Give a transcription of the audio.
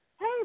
hey